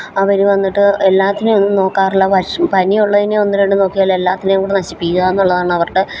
അവര് വന്നിട്ട് എല്ലാത്തിനെയൊന്നും നോക്കാറില്ല പനി ഉള്ളതിനെ ഒന്ന് രണ്ട് നോക്കിയാലും എല്ലാത്തിനെയും കൂടെ നശിപ്പിക്കുക എന്നുള്ളതാണ് അവരുടെ